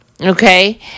Okay